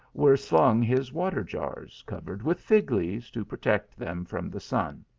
were slung his water-jars covered with fig leaves to protect them from the sun.